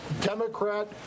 Democrat